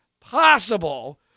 possible